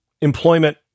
employment